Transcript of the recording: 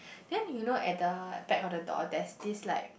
then you know at the back of the door that's this like